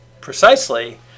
precisely